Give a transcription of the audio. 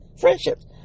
friendships